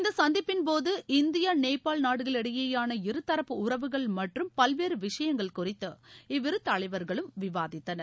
இந்த சந்திப்பின்போது இந்தியா நேபாள் நாடுகளிடையேயான இருதரப்பு உறவுகள் மற்றும் பல்வேறு விஷயங்கள் குறித்து இவ்விரு தலைவர்களும் விவாதித்தனர்